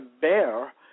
bear